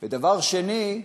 ומצד אחר,